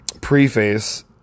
preface